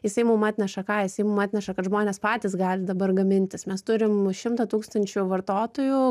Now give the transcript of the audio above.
jisai mum atneša ką jisai mum atneša kad žmonės patys gali dabar gamintis mes turim šimtą tūkstančių vartotojų